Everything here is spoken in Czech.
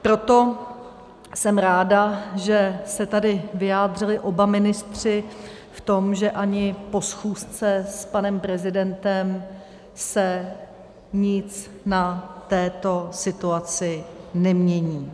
Proto jsem ráda, že se tady vyjádřili oba ministři v tom, že ani po schůzce s panem prezidentem se nic na této situaci nemění.